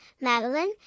Madeline